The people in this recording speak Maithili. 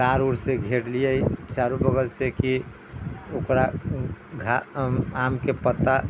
तार उर से घेर लियै चारू बगल से की ओकरा आम के पत्ता